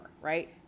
right